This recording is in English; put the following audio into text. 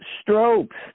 strokes